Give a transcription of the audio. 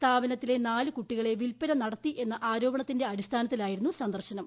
സ്ഥാപനത്തിലെ നാല് കൂട്ടികളെ വിൽപന നടത്തി എന്ന ആരോപണത്തിന്റെ അടിസ്ഥാനത്തിലായിരുന്നു സന്ദർശനം